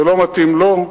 זה לא מתאים לו,